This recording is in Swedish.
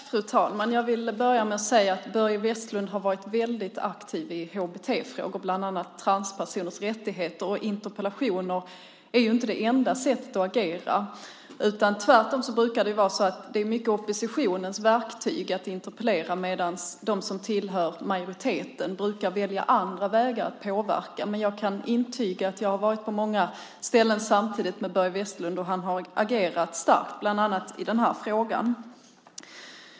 Fru talman! Börje Vestlund har varit mycket aktiv i hbt-frågor, bland annat när det gäller transpersoners rättigheter. Interpellationer är inte det enda sättet att agera. Tvärtom är det mycket oppositionens verktyg att interpellera medan de som tillhör majoriteten brukar välja andra vägar att påverka. Jag kan intyga att jag har varit på många ställen samtidigt med Börje Vestlund, och han har agerat starkt, bland annat i den här frågan.